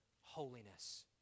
holiness